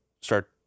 start